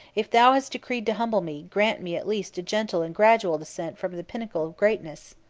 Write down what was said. if thou hast decreed to humble me, grant me at least a gentle and gradual descent from the pinnacle of greatness!